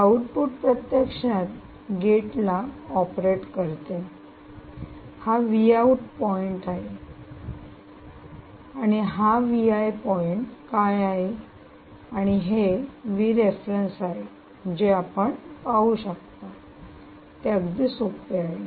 output प्रत्यक्षात gate ला operate करते हा पॉईंट काय आहे आणि हा पॉईंट काय आहे आणि हे आहे जे आपण पाहू शकता हे अगदी सोपे आहे